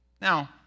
Now